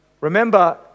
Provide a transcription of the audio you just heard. Remember